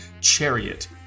Chariot